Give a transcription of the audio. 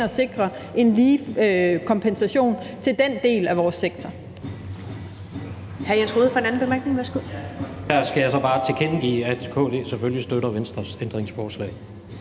og sikrer en lige kompensation til den del af vores sektor.